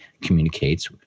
communicates